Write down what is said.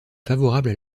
favorables